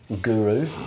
guru